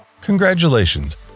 Congratulations